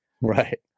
right